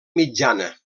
mitjana